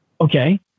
Okay